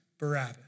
Barabbas